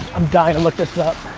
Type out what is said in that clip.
i'm dying to look this up.